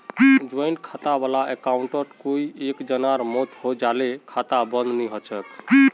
joint खाता वाला अकाउंटत कोई एक जनार मौत हैं जाले खाता बंद नी हछेक